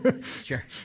sure